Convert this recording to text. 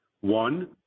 one